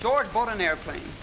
george bought an airplane